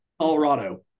Colorado